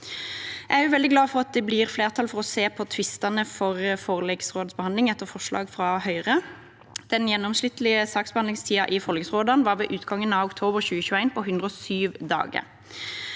veldig glad for at det blir flertall for å se på fristene for forliksrådsbehandling, etter forslag fra Høyre. Den gjennomsnittlige saksbehandlingstiden i forliksrådene var ved utgangen av oktober 2021 på 107 dager.